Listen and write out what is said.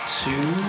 two